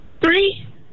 three